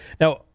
now